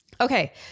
Okay